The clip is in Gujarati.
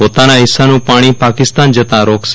પોતાના હિસ્સાનું પાણી પાકિસ્તાન જતા રોકશે